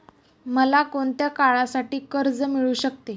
मला कोणत्या काळासाठी कर्ज मिळू शकते?